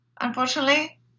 unfortunately